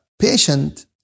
patient